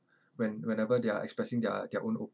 when whenever they are expressing their their own own